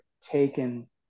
taken